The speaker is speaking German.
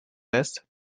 lässt